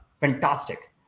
Fantastic